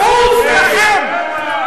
אני קורא אותך לסדר פעם שלישית.